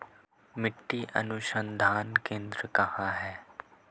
मिट्टी अनुसंधान केंद्र कहाँ है?